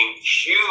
huge